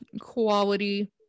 quality